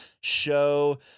show